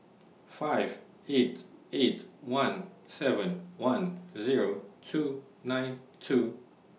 five eight eight one seven one Zero two nine two